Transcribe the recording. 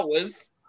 hours